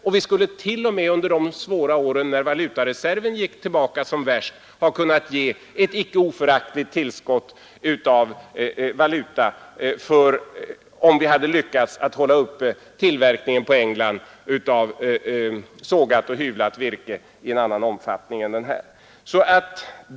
Det skulle t.o.m. under de svåra år när valutareserven gick tillbaka som värst ha varit möjligt att få ett icke föraktligt tillskott av valuta, om vi hade lyckats upprätthålla leveranserna på England av sågat och hyvlat virke i större utsträckning än vad som blev fallet.